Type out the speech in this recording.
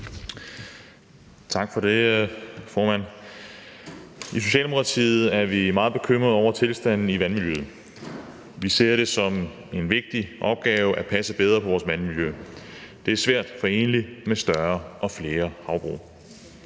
Tak for det, formand. I Socialdemokratiet er vi meget bekymrede over tilstanden i vandmiljøet. Vi ser det som en vigtig opgave at passe bedre på vores vandmiljø. Det er svært foreneligt med større og flere havbrug.